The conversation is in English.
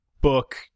book